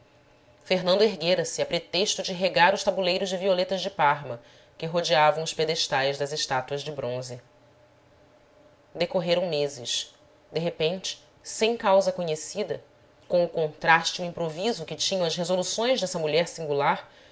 convicção fernando erguera-se a pretexto de regar os tabuleiros de violetas de parma que rodeavam os pedestais das estátuas de bronze decorreram meses de repente sem causa conhecida com o constraste e o improviso que tinham as resoluções dessa mulher singular